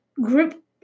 group